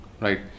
right